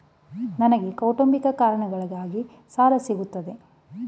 ನನಗೆ ಕೌಟುಂಬಿಕ ಕಾರಣಗಳಿಗಾಗಿ ಸಾಲ ಸಿಗುತ್ತದೆಯೇ?